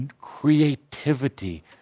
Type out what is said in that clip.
creativity